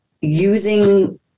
using